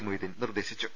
മൊയ്തീൻ നിർദേശിച്ചു